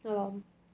对 lor